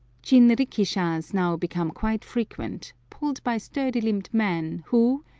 jinrikishas now become quite frequent, pulled by sturdy-limbed men, who,